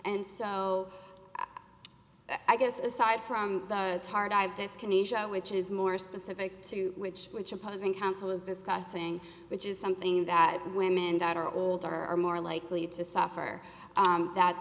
and so i guess aside from dyskinesia which is more specific to which which opposing counsel is discussing which is something that women that are older are more likely to suffer that